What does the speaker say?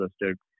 interested